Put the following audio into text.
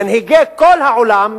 מנהיגי כל העולם,